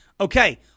Okay